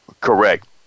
Correct